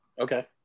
Okay